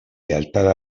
lealtad